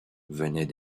venaient